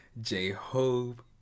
J-Hope